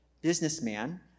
businessman